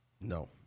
No